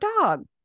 dog